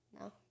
No